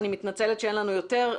אני מתנצלת שאין לנו יותר,